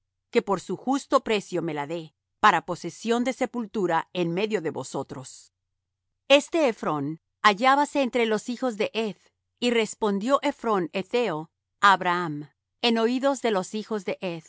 que por su justo precio me la dé para posesión de sepultura en medio de vosotros este ephrón hallábase entre los hijos de heth y respondió ephrón hetheo á abraham en oídos de los hijos de